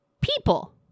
people